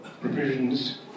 provisions